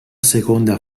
seconda